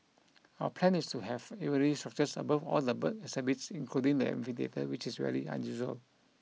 our plan is to have aviary structures above all the bird exhibits including the amphitheatre which is very unusual